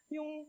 Yung